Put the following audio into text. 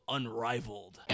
Unrivaled